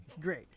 Great